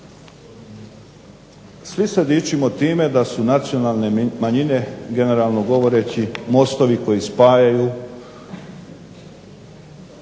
Svi se dičimo time da su nacionalne manjine generalno govoreći mostovi koji spajaju